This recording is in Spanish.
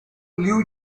liu